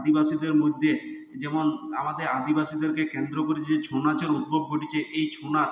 আদিবাসীদের মধ্যে যেমন আমাদের আদিবাসীদেরকে কেন্দ্র করে যে ছৌ নাচের উদ্ভব ঘটেছে এই ছৌ নাচ